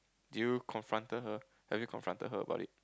do you confronted her have you confronted her about it